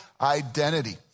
identity